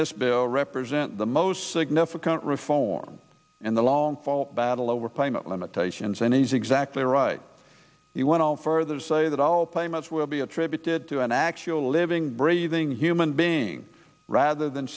this bill represent the most significant reform in the long battle over payment limitations and he's exactly right you want to further say that all payments will be attributed to an actual living breathing human being rather than